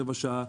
רבע שעה,